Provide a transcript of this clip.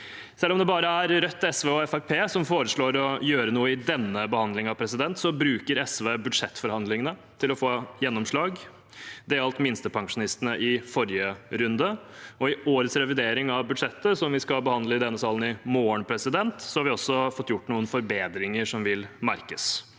Selv om det bare er Rødt, SV og Fremskrittspartiet som foreslår å gjøre noe i denne behandlingen, bruker SV budsjettforhandlingene til å få gjennomslag. Det gjaldt minstepensjonistene i forrige runde, og i årets revidering av budsjettet, som vi skal behandle i denne salen i morgen, har vi også fått gjort noen forbedringer som vil merkes.